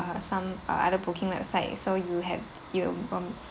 ~(uh) some uh other booking website so you had you um